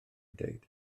dweud